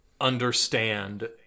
understand